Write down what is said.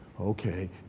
okay